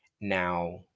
Now